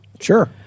Sure